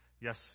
yes